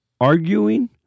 arguing